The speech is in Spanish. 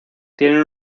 tienen